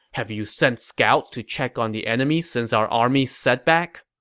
have you sent scouts to check on the enemy since our army's setback?